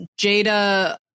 Jada